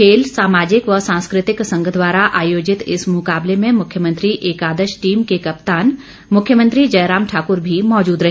खेल सामाजिक व सांस्कृतिक संघ द्वारा आयोजित इस मुकाबले में मुख्यमंत्री एकादश टीम के कप्तान मुख्यमंत्री जयराम ठाक्र भी मौजूद रहे